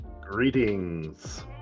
Greetings